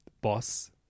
boss